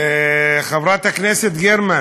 חברת הכנסת גרמן,